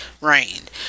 rained